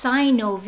Sino